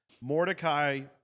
Mordecai